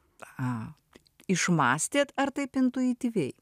a išmąstėt ar taip intuityviai